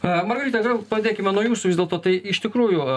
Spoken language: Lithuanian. margarita gal pradėkime nuo jūsų vis dėlto tai iš tikrųjų